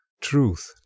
truth